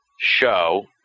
show